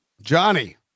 Johnny